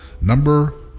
Number